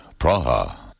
Praha